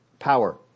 power